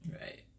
Right